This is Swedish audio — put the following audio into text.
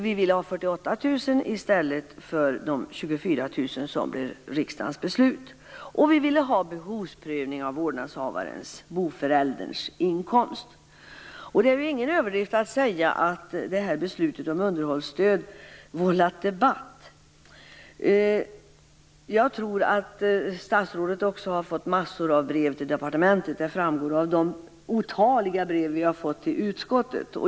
Vi ville att det skulle vara 48 000 Sedan ville vi också att det skulle ske en behovsprövning av vårdnadshavarens - boförälderns - inkomst. Det är ingen överdrift att säga att beslutet om underhållsstöd har vållat debatt. Statsrådet har också fått massor av brev till departementet. Det framgår av de otaliga brev som vi har fått till utskottet.